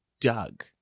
Doug